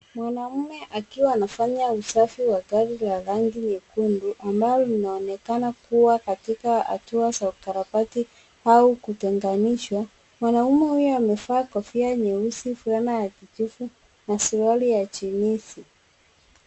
Mwanaume akiwa anafanya usafi wa gari la rangi nyekundu ambalo linaonekana kuwa katika hatua za ukarabati au kutenganishwa, mwanaume huyo amevaa kofia nyeusi na suruali ya jinsi.